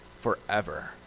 forever